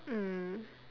mm